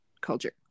culture